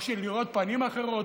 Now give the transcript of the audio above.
או של לראות פנים אחרות,